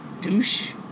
douche